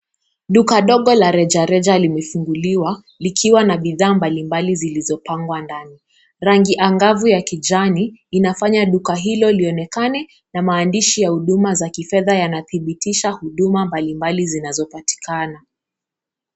Duka dogo la rejareja limefunguliwa likiwa na bidhaa mbalimbali zilizopangwa ndani. Rangi angavu ya kijani linafanya duka hilo lionekane na maandishi ya huduma za kifedha yanadhibitisha huduma mbalimbali zinazopatikana.